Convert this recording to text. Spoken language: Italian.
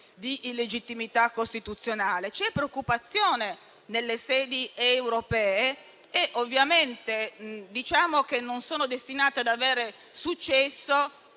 C'è preoccupazione nelle sedi europee e segnaliamo che ovviamente non sono destinate ad avere successo